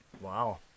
wow